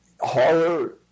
horror